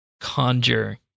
Conjure